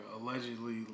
Allegedly